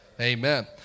Amen